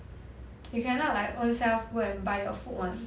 you cannot like ownself go and buy your food [one]